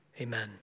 amen